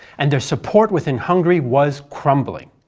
and their support within hungary was crumbling.